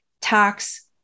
tax